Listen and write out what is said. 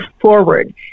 forward